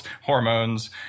hormones